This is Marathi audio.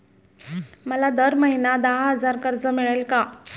मला दर महिना दहा हजार कर्ज मिळेल का?